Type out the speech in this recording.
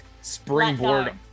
springboard